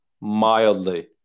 mildly